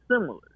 similar